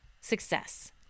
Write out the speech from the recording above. success